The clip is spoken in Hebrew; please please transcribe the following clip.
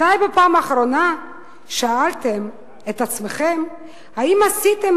מתי בפעם האחרונה שאלתם את עצמכם האם עשיתם